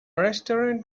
restaurant